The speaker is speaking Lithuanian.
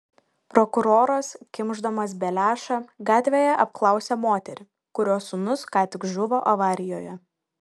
prokuroras kimšdamas beliašą gatvėje apklausia moterį kurios sūnus ką tik žuvo avarijoje